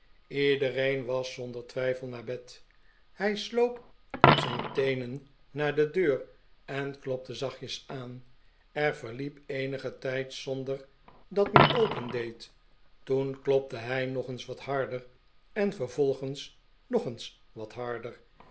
iedereen was zonder twijfel naar bed hij sloop op zijn teenen naar de deur en klopte zachtjes aan er verliep eenige tijd zonder dat men opendeed toen klopte hij nog eens wat harder en vervolgens nog eens weer wat harder